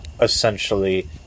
essentially